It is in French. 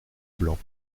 blanc